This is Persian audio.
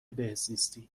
بهزیستی